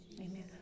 amen